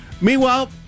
Meanwhile